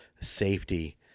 safety